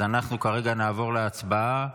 אז כרגע נעבור להצבעה,